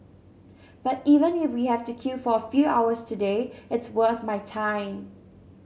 but even if we have to queue for a few hours today it's worth my time